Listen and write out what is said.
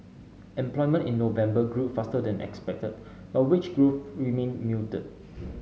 employment in November grew faster than expected but wage growth remained muted